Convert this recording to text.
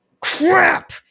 crap